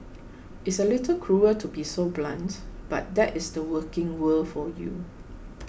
it's a little cruel to be so blunt but that is the working world for you